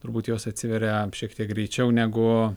turbūt jos atsiveria šiek tiek greičiau negu